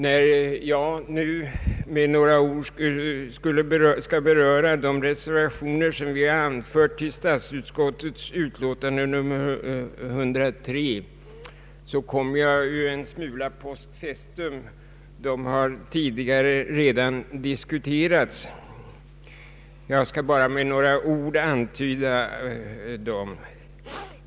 När jag nu med några ord skall beröra de reservationer som vi har fogat till statsutskottets utlåtande nr 103 kommer jag en smula post festum, eftersom de redan tidigare har diskuterats. Jag skall därför bara ägna några ord åt dem.